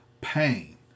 pain